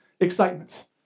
excitement